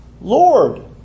lord